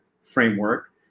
framework